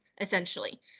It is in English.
essentially